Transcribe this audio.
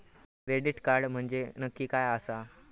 Credit card म्हंजे नक्की काय आसा?